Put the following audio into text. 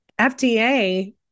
FDA